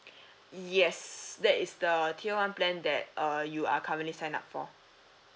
yes that is the tier one plan that uh you are currently signed up for